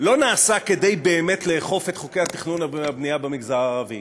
לא נעשה באמת כדי לאכוף את חוקי התכנון והבנייה במגזר הערבי,